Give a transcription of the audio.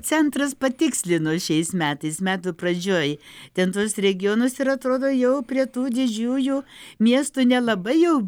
centras patikslino šiais metais metų pradžioj ten tuos regionus ir atrodo jau prie tų didžiųjų miestų nelabai jau